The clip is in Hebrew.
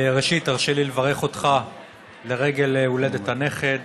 ראשית, הרשה לי לברך אותך לרגל הולדת הנכד.